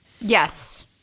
Yes